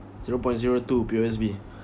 zero point zero two P_O_S_B